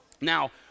Now